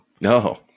No